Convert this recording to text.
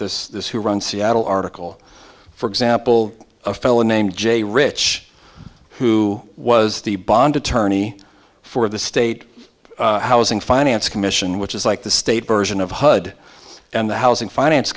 this who run seattle article for example a fellow named jay rich who was the bond attorney for the state housing finance commission which is like the state version of hud and the housing finance